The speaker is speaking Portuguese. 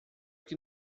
que